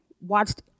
watched